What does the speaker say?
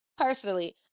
Personally